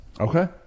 okay